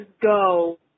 go